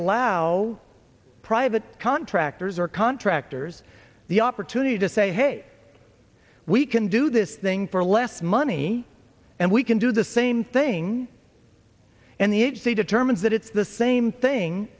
allow private contractors or contractors the opportunity to say hey we can do this thing for less money and we can do the same thing and the agency determines that it's the same thing